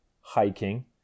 hiking